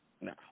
No